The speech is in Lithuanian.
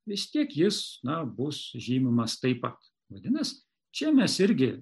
vis tiek jis na bus žymimas taip pat vadinas čia mes irgi